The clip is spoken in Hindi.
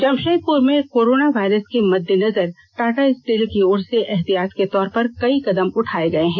जमषेदपुर में कोरोना वायरस के मददेनजर टाटा स्टील की ओर से एहतियात के तौर कई कदम उठाए गए हैं